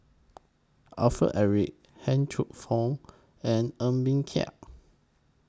Alfred Eric Han Took and Ng Bee Kia